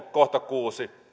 kohta kuusi